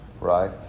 Right